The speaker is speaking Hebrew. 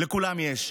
לכולם יש.